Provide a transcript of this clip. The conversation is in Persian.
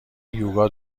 یوگا